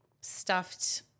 stuffed